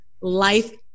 life